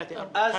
מנסור.